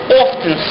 often